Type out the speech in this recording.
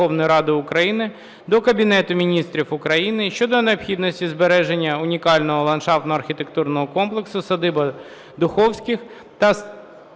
Верховної Ради України до Кабінету Міністрів України щодо необхідності збереження унікального ландшафтно-архітектурного комплексу "Садиба Даховських"